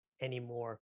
anymore